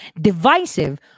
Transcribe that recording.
divisive